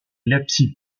leipzig